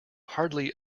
hardly